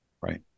Right